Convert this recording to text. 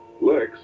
Lex